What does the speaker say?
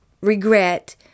regret